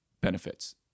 benefits